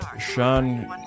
Sean